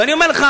ואני אומר לך,